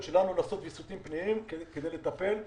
שלנו לעשות ויסות פנימי כדי לטפל בדברים.